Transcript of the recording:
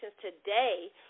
today